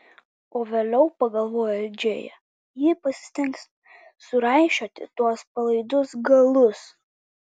o vėliau pagalvojo džėja ji pasistengs suraišioti tuos palaidus galus